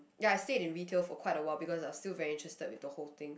ya I stayed in retail for quite awhile because I still very interested with the whole thing